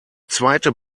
zweite